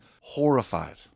horrified